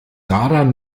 daran